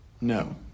No